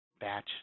batch